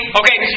okay